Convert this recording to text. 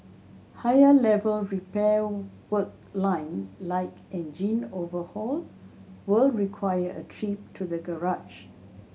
higher level repair work line like engine overhaul will require a trip to the garage